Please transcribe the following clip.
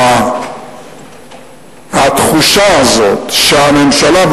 התחושה הזאת שהממשלה,